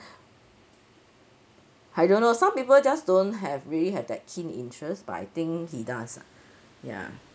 I don't know some people just don't have really have that keen interest but I think he does ah ya